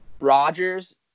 Rogers